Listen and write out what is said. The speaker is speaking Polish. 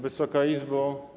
Wysoka Izbo!